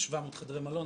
3,700 חדרי מלון.